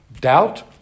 doubt